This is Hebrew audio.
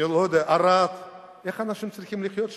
אני לא יודע, ערד, איך אנשים צריכים לחיות שם?